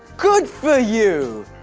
good for you!